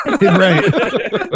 right